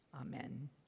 Amen